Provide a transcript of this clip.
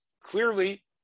clearly